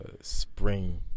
spring